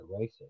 racist